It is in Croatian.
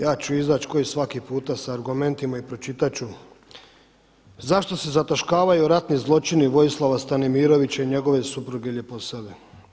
Ja ću izaći svaki puta sa argumentima i pročitat ću zašto se zataškavaju ratni zločini Vojislava Stanimirovića i njegove supruge Ljeposave.